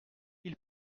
ils